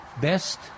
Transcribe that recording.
best